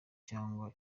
cyangwa